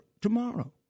tomorrow